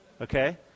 Okay